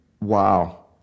wow